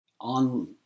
on